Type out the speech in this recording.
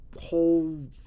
whole